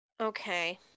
okay